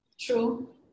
True